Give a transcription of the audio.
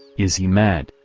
is he mad,